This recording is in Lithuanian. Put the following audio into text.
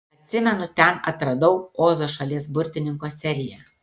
atsimenu ten atradau ozo šalies burtininko seriją